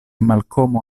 malkomo